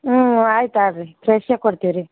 ಹ್ಞೂ ಆಯ್ತು ತಗೋಳ್ರಿ ರೀ ಫ್ರೆಶ್ಶೆ ಕೊಡ್ತಿವಿ ರೀ